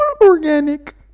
organic